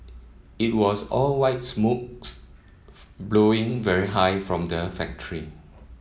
it was all white smokes blowing very high from the factory